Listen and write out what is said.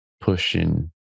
pushing